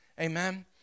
Amen